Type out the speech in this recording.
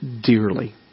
dearly